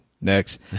next